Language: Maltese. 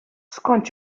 skont